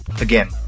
Again